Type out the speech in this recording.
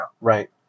Right